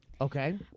Okay